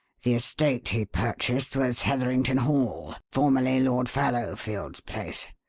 the estate he purchased was heatherington hall, formerly lord fallowfield's place.